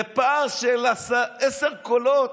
בפער של עשרה קולות,